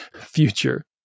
future